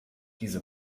diese